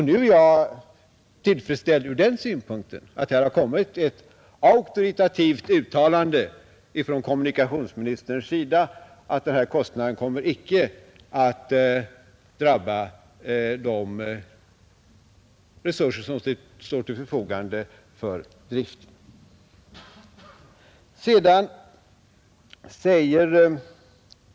Nu är jag tillfredsställd från den synpunkten, eftersom här har kommit ett auktoritativt uttalande från kommunikationsministerns sida om att dessa kostnader icke kommer att drabba de resurser som står till förfogande för driften.